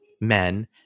men